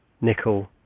nickel